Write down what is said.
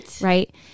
Right